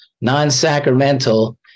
non-sacramental